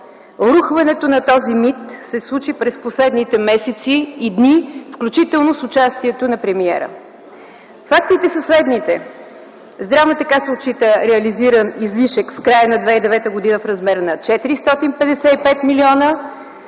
Рухването на този мит се случи през последните месеци и дни, включително с участието на премиера. Фактите са следните: Здравната каса отчита реализиран излишък в края на 2009 г. в размер на 455 милиона,